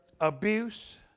abuse